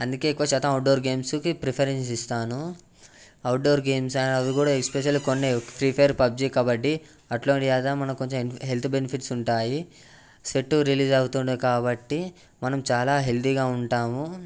అందుకే ఎక్కువ శాతం అవుట్డోర్ గేమ్స్కి ప్రిఫరెన్స్ ఇస్తాను అవుట్డోర్ గేమ్స్ అవి కూడా ఎస్పెషల్లీ కొన్ని ప్రీ ఫైర్ పబ్జీ కబడ్డీ అట్లాంటివి ఏదో కొంచెం హెల్త్ బెనిఫిట్స్ ఉంటాయి స్వెట్ రిలీజ్ అవుతుంది కాబట్టి మనం చాలా హెల్దీగా ఉంటాము